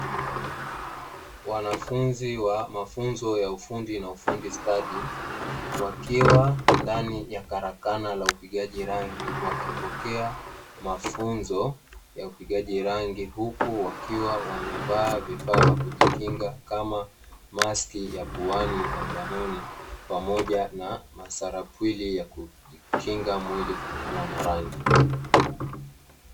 Wanafunzi wa mafunzo ya ufundi na ufundi stadi, wakiwa ndani ya karakana ya upigaji rangi wakipokea mafunzo ya upigaji rangi, huku wakiwa wamevaa vifaa vya kujikinga kama maski ya puani na mdomoni, pamoja na masarapwili ya kukinga mwili kutokana na rangi.